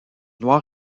noir